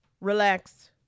relax